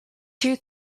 two